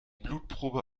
blutprobe